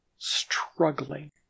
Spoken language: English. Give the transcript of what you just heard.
struggling